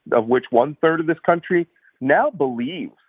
of which one third of this country now believe.